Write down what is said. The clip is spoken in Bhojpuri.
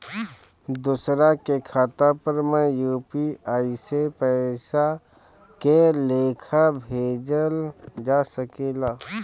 दोसरा के खाता पर में यू.पी.आई से पइसा के लेखाँ भेजल जा सके ला?